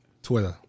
Twitter